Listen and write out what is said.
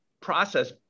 process